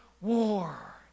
war